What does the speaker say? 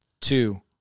two